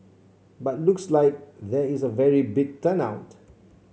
but looks like there is a very big turn out